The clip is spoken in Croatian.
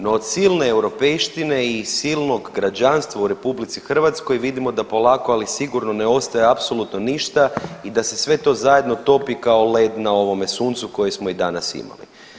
No od silne europejštine i silnog građanstva u RH vidimo da polako ali sigurno ne ostaje apsolutno ništa i da se sve to zajedno topi kao led na ovome suncu koje smo i danas imali.